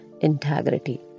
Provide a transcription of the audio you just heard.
integrity